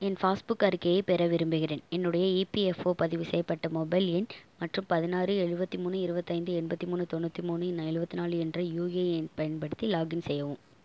என் passbook அறிக்கையைப் பெற விரும்புகிறேன் என்னுடைய இபிஎஃப்ஓ பதிவு செய்யப்பட்ட மொபைல் எண் மற்றும் பதினாறு எழுபத்தி மூணு இருபத்தைந்து எண்பத்தி மூணு தொண்ணூற்றி மூணு எழுபத்தி நாலு என்ற யுஏஎன் எண் பயன்படுத்தி லாகின் செய்யவும்